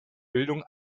bildung